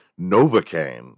Novocaine